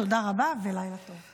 תודה רבה ולילה טוב.